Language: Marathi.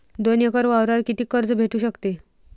दोन एकर वावरावर कितीक कर्ज भेटू शकते?